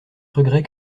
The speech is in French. regrets